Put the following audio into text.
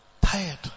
Tired